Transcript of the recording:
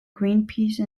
greenpeace